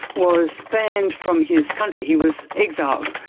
was banned from his country. he was exiled.